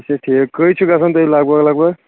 اچھا ٹھیٖک کٔہے چھ گژھان تۄہہِ لگ بگ لگ بگ